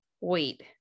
wait